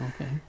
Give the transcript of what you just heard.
Okay